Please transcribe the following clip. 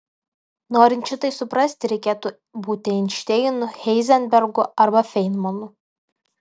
norint šitai suprasti reikėtų būti einšteinu heizenbergu arba feinmanu